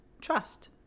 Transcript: Trust